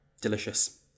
delicious